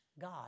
God